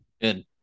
Good